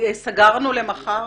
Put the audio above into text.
סגרנו למחר